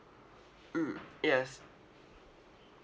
mm yes